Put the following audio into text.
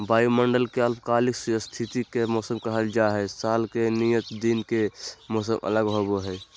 वायुमंडल के अल्पकालिक स्थिति के मौसम कहल जा हई, साल के नियत दिन के मौसम अलग होव हई